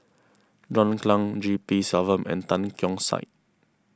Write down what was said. John Clang G P Selvam and Tan Keong Saik